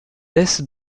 laissent